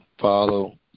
Follow